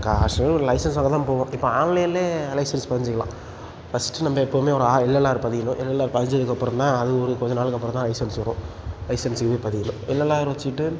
கா ஆக்ஷுவலாக ஒரு லைசென்ஸ் வாங்க தான் போவோம் இப்போ ஆன்லைனிலே லைசென்ஸ் பதிஞ்சுக்கிலாம் ஃபர்ஸ்ட்டு நம்ம எப்பவுமே ஒரு ஆ எல்எல்ஆர் பதியணும் எல்எல்ஆர் பதிஞ்சதுக்கப்புறம் தான் அது ஒரு கொஞ்சம் நாளுக்கு அப்புறம் தான் லைசென்ஸ் வரும் லைசன்ஸ் இன்னும் பதியலை எல்எல்ஆர் வச்சுட்டு